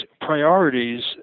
priorities